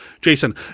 Jason